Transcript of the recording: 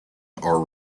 are